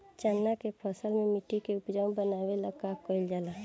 चन्ना के फसल में मिट्टी के उपजाऊ बनावे ला का कइल जाला?